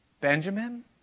Benjamin